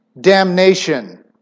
damnation